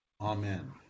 Amen